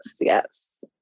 yes